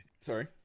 Sorry